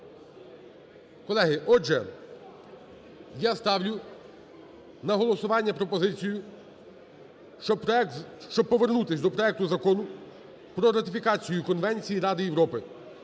Колеги, отже, я ставлю на голосування пропозицію, щоб проект... щоб повернутися до проекту Закону про ратифікацію Конвенції Ради Європи